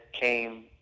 came